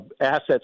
assets